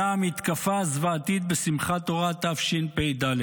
היה המתקפה הזוועתית בשמחת תורה תשפ"ד.